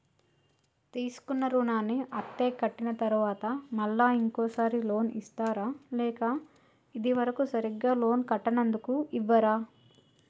తీసుకున్న రుణాన్ని అత్తే కట్టిన తరువాత మళ్ళా ఇంకో సారి లోన్ ఇస్తారా లేక ఇది వరకు సరిగ్గా లోన్ కట్టనందుకు ఇవ్వరా?